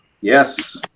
Yes